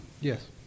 Yes